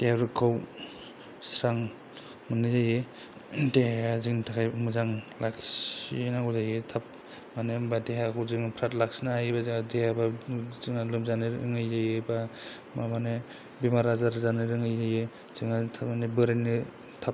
देहाफोरखौ स्रां मोननाय जायो देहाया जोंनि थाखाय मोजां लाखिनांगौ जायो थाब मानो होनबा देहाखौ जों फ्राथ लाखिनो हायोबा देहायाबो जोंना लोमजानो रोङै जायो बा माबानो बेमार आजार जानो रोङै जायो जों आरो माने बोरायनो थाब